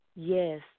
Yes